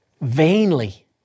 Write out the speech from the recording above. vainly